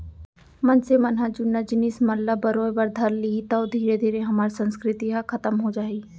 मनसे मन ह जुन्ना जिनिस मन ल बरोय बर धर लिही तौ धीरे धीरे हमर संस्कृति ह खतम हो जाही